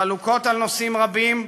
חלוקות על נושאים רבים,